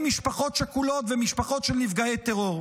משפחות שכולות ומשפחות של נפגעי טרור.